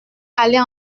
aller